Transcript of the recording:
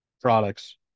products